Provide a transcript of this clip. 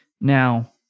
Now